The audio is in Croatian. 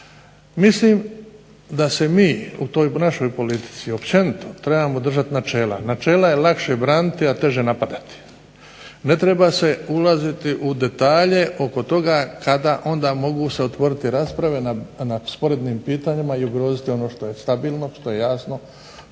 Mislim da se mi u toj našoj politici općenito trebamo držati načela. Načela je lakše braniti, a teže napadati. Ne treba se ulaziti u detalje oko toga kada onda mogu se otvoriti rasprave na sporednim pitanjima i ugroziti ono što je stabilno, što je jasno,